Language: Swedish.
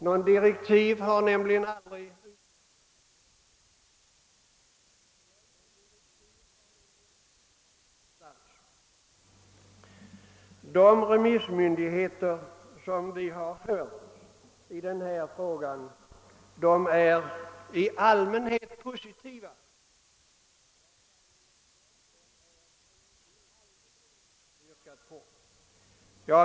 Några direktiv har nämligen inte utfärdats offentligt, och man vet inte var gränsen för utredningen i departementet går. De remissmyndigheter som har hörts i den här frågan är i allmänhet positiva till ett sådant beaktande av markanvändningen som vi har yrkat på.